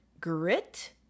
grit